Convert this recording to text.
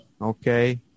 Okay